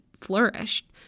flourished